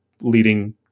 leading